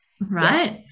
right